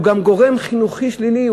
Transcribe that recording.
הוא גם גורם חינוכי שלילי,